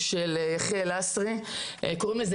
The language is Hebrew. קוראים לזה